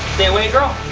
stay away girl!